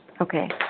Okay